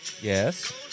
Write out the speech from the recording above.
Yes